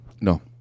No